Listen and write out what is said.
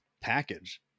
package